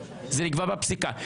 זה נקבע בפסיקה.